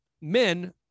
men